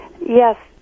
Yes